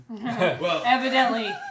Evidently